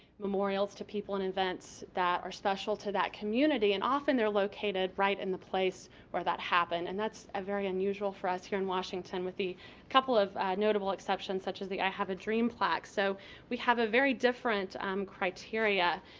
memorials to people and events that are special to that community. and often they're located right in the place where that happened, and that's ah very unusual for us here in washington with the couple of notable exceptions such as the i have a dream plaque. so we have a very different um criteria,